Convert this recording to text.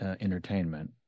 entertainment